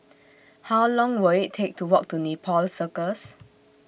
How Long Will IT Take to Walk to Nepal Circus